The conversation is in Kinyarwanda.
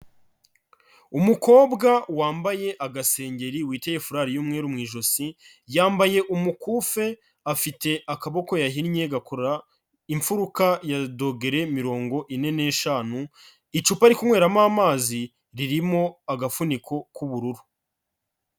Umukobwa wambaye agasengeri witeye furari y'umweru mu ijosi, yambaye umukufi afite akaboko yahinnye gakora imfuruka ya dogere mirongo ine n'eshanu, icupa ari kunyweramo amazi ririmo agafuniko k'ubururu.